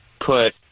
Put